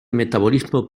metabolismo